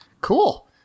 Cool